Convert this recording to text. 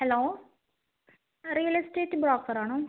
hello ആ real estate broker ആണോ